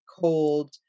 cold